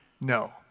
No